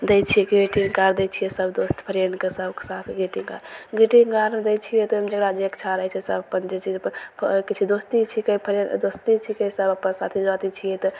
दै छिए greetings card दै छिए सभ दोस्त फ्रेण्डके सभके साथ ग्रीटिन्ग्स कार्ड ग्रीटिन्ग्स कार्ड दै छिए तऽ ओहिमे जकरा जे इच्छा रहै छै सभ अपन जे चीज अपन फ किछु दोस्ती छिकै फ्रेण्ड दोस्ती छिकै सभ अपन साथी सोराथी छिए तऽ